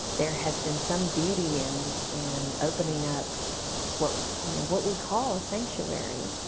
there has been some beauty in and opening up what you know what we call a sanctuary,